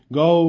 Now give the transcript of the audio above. go